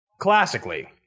classically